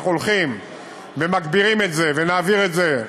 אנחנו הולכים ומגבירים את זה,